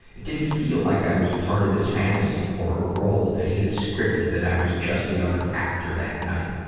it didn't feel like i was part of his fantasy or a role he had scripted that i was just the other actor that night.